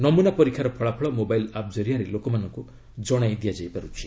ନମୁନା ପରୀକ୍ଷାର ଫଳାଫଳ ମୋବାଇଲ୍ ଆପ୍ ଜରିଆରେ ଲୋକମାନଙ୍କୁ ଜଶାଇ ଦିଆଯାଇପାରୁଛି